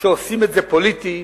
שעושים את זה פוליטי,